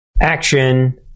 action